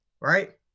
Right